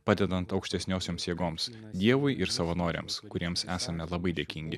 padedant aukštesniosioms jėgoms dievui ir savanoriams kuriems esame labai dėkingi